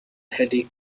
teddy